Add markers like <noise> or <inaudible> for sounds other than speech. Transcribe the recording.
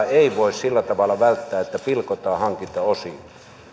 <unintelligible> ei voi sillä tavalla välttää että pilkotaan hankinta osiin